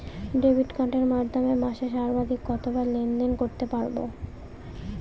Debit কার্ডের মাধ্যমে মাসে সর্বাধিক কতবার লেনদেন করতে পারবো?